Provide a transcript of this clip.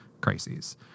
crises